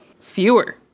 fewer